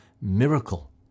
miracle